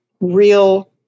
real